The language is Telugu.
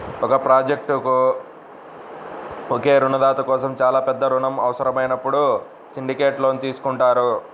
ఒక ప్రాజెక్ట్కు ఒకే రుణదాత కోసం చాలా పెద్ద రుణం అవసరమైనప్పుడు సిండికేట్ లోన్ తీసుకుంటారు